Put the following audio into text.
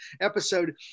episode